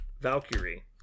Valkyrie